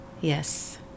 yes